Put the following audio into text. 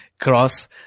cross